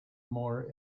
more